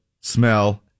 smell